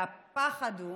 והפחד הוא